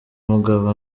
mugabo